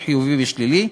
של חיובי ושלילי,